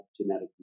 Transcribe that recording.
genetic